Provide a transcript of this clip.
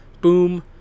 boom